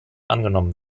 angenommen